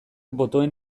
botoen